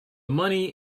money